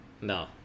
No